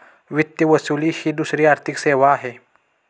वित्त वसुली ही दुसरी आर्थिक सेवा आहे